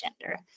gender